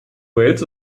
wales